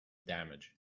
damage